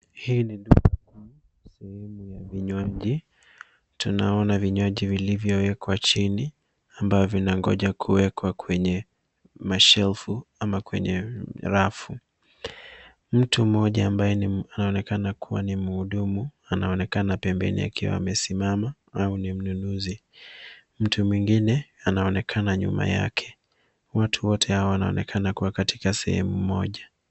Hii ni duka kuu , sehemu ya vinywaji. Tunaona vinywaji vilivyowekwa chini ambavyo vinangoja kuwekwa kwenye mashelfu au kwenye rafu. Mtu mmoja ambaye anaonekana kuwa ni mhudumu anaonekana pembeni akiwa amesimama au ni mnunuzi. Mtu mwingine anaonekana nyuma yake. Watu wote hawa wanaonekana kuwa katika sehemu moja.